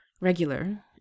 Regular